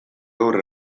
gaur